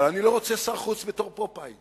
אבל אני לא רוצה שר חוץ בתור פופאי,